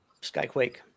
skyquake